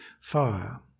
fire